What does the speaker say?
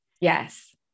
Yes